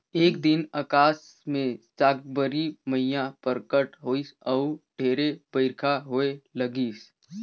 एक दिन अकास मे साकंबरी मईया परगट होईस अउ ढेरे बईरखा होए लगिस